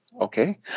Okay